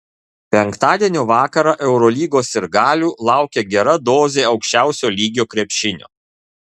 penktadienio vakarą eurolygos sirgalių laukia gera dozė aukščiausio lygio krepšinio